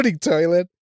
Toilet